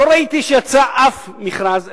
לא ראיתי שיצא אף מכרז אחד.